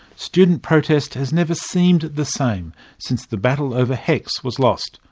student protest has never seemed the same since the battle over hecs was lost,